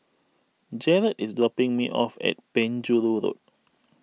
Jarett is dropping me off at Penjuru Road